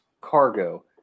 Cargo